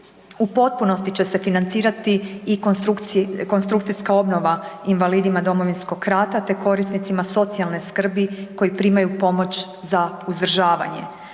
U potpunosti će se financirati i konstrukcijska obnova invalidima Domovinskog rata, te korisnicima socijalne skrbi koji primaju pomoć za uzdržavanje.